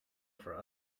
for